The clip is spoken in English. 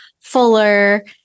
fuller